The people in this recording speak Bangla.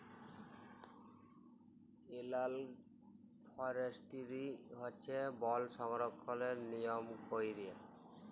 এলালগ ফরেস্টিরি হছে বল সংরক্ষলের লিয়ম ক্যইরে